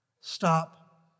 Stop